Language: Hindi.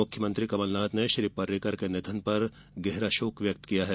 मुख्यमंत्री कमलनाथ ने श्री पर्रिकर के निधन पर शोक व्यक्त किया है